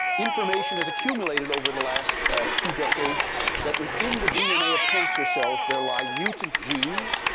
information has accumulated over the last two decades that within the dna of cancer cells there lie mutant genes.